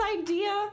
idea